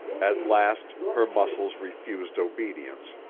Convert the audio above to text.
at last her muscles refused obedience,